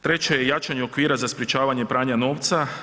Treće je jačanje okvira za sprječavanje pranja novca.